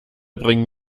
bringen